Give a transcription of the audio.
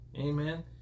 amen